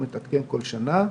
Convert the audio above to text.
הוא מתעדכן כל שנה,